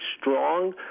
strong